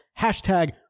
hashtag